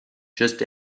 just